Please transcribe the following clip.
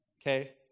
Okay